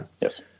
Yes